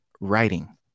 writing